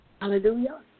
Hallelujah